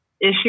issue